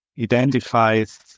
identifies